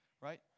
right